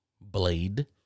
Blade